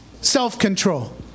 self-control